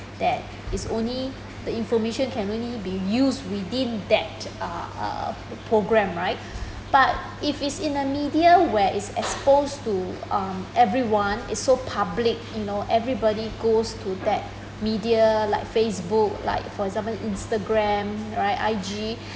that is only the information can only be used within that uh program right but if is the media where is exposed to um everyone is so public you know everybody goes to that media like facebook like for example instagram right I_G